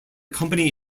company